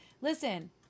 listen